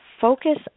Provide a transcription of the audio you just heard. focus